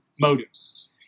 motives